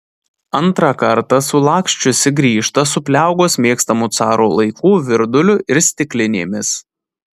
antrą kartą sulaksčiusi grįžta su pliaugos mėgstamu caro laikų virduliu ir stiklinėmis